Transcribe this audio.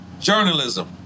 Journalism